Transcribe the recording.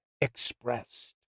expressed